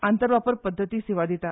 आंतर वापर पद्दत सेवा दिता